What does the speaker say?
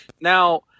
Now